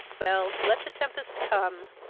well, let the tempest come,